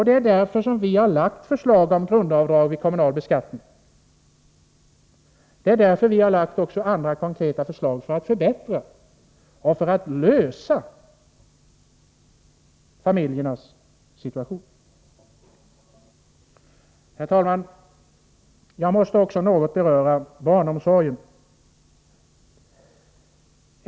Det är därför som vi har lagt fram förslag om grundavdrag i kommunal beskattning och även andra konkreta förslag, för att förbättra och för att lösa familjernas situation. Herr talman! Jag måste också något beröra barnomsorgen.